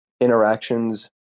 interactions